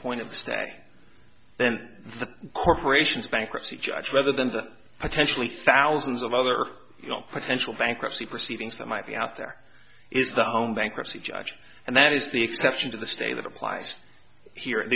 point of the stack then the corporations a bankruptcy judge rather than the potentially thousands of other you know potential bankruptcy proceedings that might be out there is the home bankruptcy judge and that is the exception to the stay that applies here